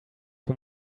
für